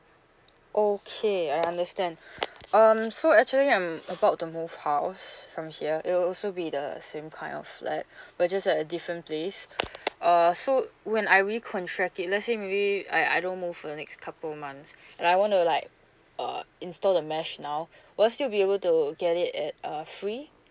okay I understand um so actually I'm about to move house from here it will also be the same kind of flat but just at a different place uh so when I recontract it let's say maybe I I don't move for the next couple months and I want to like uh install the mesh now will I still be able to get it at uh free